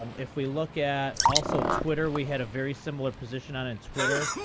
um if we look at, also, twitter. we had a very similar position on in twitter.